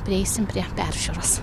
prieisim prie peržiūros